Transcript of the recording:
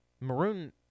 Maroon